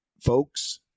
folks